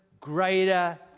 greater